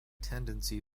tendency